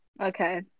Okay